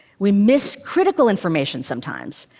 we miss critical information, sometimes.